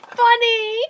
funny